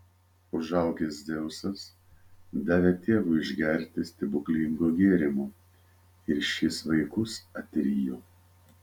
užaugęs dzeusas davė tėvui išgerti stebuklingo gėrimo ir šis vaikus atrijo